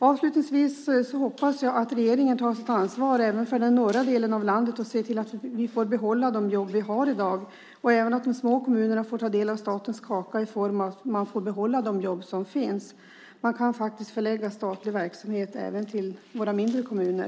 Avslutningsvis hoppas jag att regeringen tar sitt ansvar även för den norra delen av landet och ser till att vi får behålla de jobb som vi har i dag och att även att de små kommunerna får ta del av statens kaka i form av att man får behålla de jobb som finns. Man kan faktiskt förlägga statlig verksamhet även till våra mindre kommuner.